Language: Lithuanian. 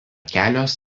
kelios